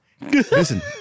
listen